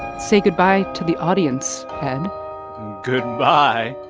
say goodbye to the audience, ed goodbye